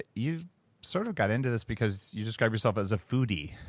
you sort of got into this because you describe yourself as a foodie.